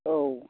औ